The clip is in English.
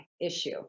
issue